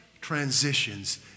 transitions